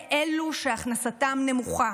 לאלה שהכנסתם נמוכה,